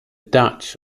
dutch